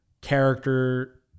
character